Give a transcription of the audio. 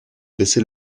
baisser